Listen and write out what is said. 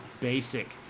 basic